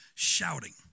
shouting